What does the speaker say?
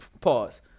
pause